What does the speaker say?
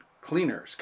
cleaner